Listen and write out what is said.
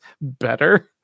better